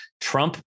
Trump